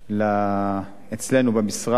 ואצלנו במשרד: